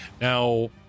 Now